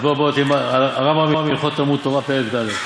בוא תלמד הרמב"ם הלכות תלמוד תורה פרק ד'.